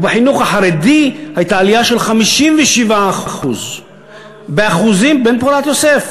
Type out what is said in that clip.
ובחינוך החרדי הייתה עלייה של 57%. בן פורת יוסף.